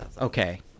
okay